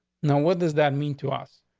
now. what does that mean to us?